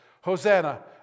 Hosanna